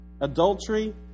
adultery